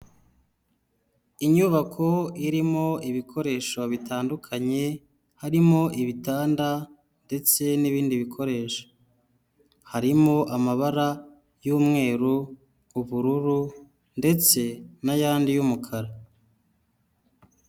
Inyubako irimo ibikoresho bitandukanye; harimo ibitanda ndetse n'ibindi bikoresho, harimo amabara y'umweru, ubururu ndetse n'ayandi y'umukara.